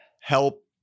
help